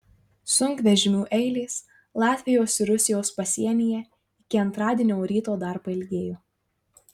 sunkvežimių eilės latvijos ir rusijos pasienyje iki antradienio ryto dar pailgėjo